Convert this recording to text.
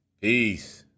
Peace